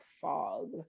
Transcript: fog